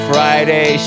Friday